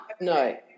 No